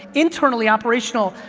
internally, operational,